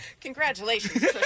Congratulations